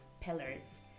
pillars